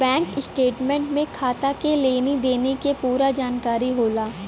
bank statement में खाता के लेनी देनी के पूरा जानकारी होला